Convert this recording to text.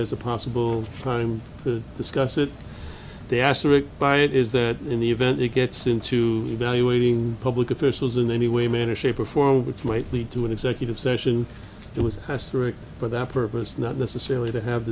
as a possible time to discuss it they asked rick by it is that in the event it gets into evaluating public officials in any way manner shape or form which might lead to an executive session that was historic for that purpose not necessarily to have